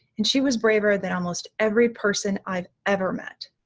and she was braver than almost every person i've ever met.